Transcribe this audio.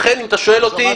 לכן אם אתה שואל אותי,